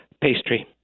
Pastry